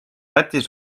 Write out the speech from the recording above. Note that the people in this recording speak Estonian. lätis